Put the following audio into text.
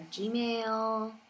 Gmail